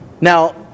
Now